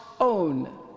OWN